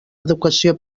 educació